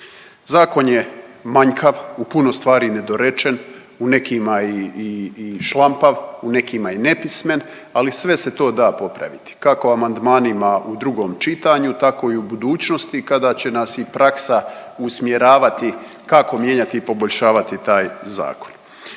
Zakon je manjkav, u puno stvari nedorečen, u nekima i šlampav, u nekima i nepismen, ali sve se to da popraviti kako amandmanima u drugom čitanju tako i u budućnosti kada će nas i praksa usmjeravati kako mijenjati i poboljšavati taj zakon.